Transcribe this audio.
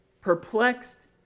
perplexed